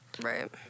Right